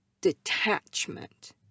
detachment